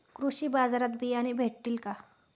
कृषी बाजारात बियाणे भेटतील का?